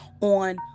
on